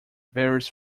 varies